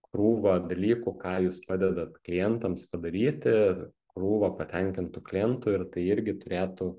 krūvą dalykų ką jūs padedat klientams padaryti krūvą patenkintų klientų ir tai irgi turėtų